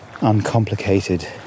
uncomplicated